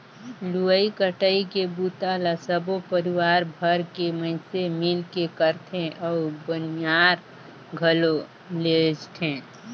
लुवई कटई के बूता ल सबो परिवार भर के मइनसे मिलके करथे अउ बनियार घलो लेजथें